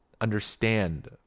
understand